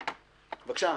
אלי דפס, בבקשה.